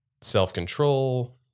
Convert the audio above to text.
self-control